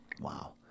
Wow